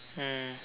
mm